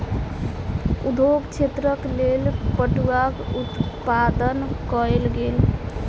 उद्योग क्षेत्रक लेल पटुआक उत्पादन कयल गेल